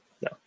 no